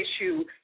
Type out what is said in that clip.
issue